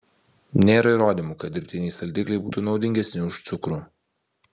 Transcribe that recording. nėra įrodymų kad dirbtiniai saldikliai būtų naudingesni už cukrų